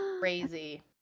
Crazy